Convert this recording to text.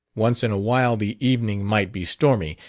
once in a while the evening might be stormy,